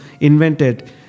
invented